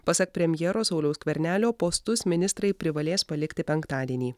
pasak premjero sauliaus skvernelio postus ministrai privalės palikti penktadienį